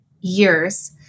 years